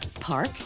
Park